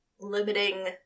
limiting